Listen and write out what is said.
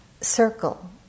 circle